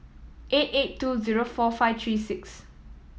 eight eight two zero four five three six